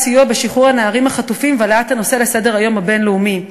סיוע בשחרור הנערים החטופים והעלאת הנושא לסדר-היום הבין-לאומי.